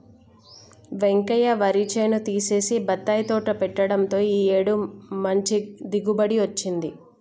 వెంకయ్య వరి చేను తీసేసి బత్తాయి తోట పెట్టడంతో ఈ ఏడు మంచి దిగుబడి వచ్చింది